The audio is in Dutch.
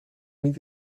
niet